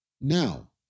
Now